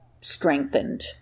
strengthened